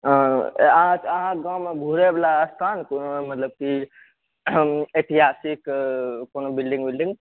अहाँके गाँव मे घुरै वला स्थान मतलब की ऐतिहासिक कोनो बिल्डिंग विल्डिंग